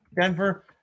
Denver